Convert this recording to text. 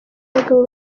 bagabo